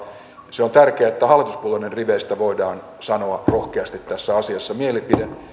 se on tärkeää että hallituspuolueiden riveistä voidaan sanoa rohkeasti tässä asiassa mielipide